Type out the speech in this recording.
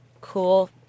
cool